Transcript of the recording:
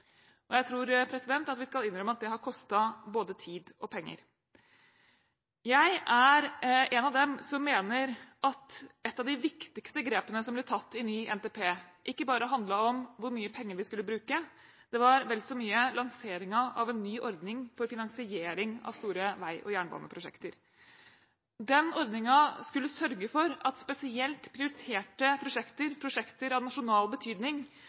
og jeg tror vi skal innrømme at det har kostet både tid og penger. Jeg er en av dem som mener at et av de viktigste grepene som ble tatt i ny NTP, ikke bare handlet om hvor mye penger vi skulle bruke, men vel så mye om lanseringen av en ny ordning for finansiering av store vei- og jernbaneprosjekter. Den ordningen skulle sørge for at spesielt prioriterte prosjekter – prosjekter av nasjonal betydning